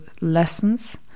lessons